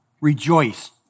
Rejoice